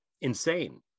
insane